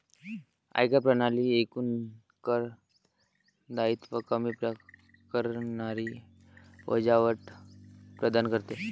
आयकर प्रणाली एकूण कर दायित्व कमी करणारी वजावट प्रदान करते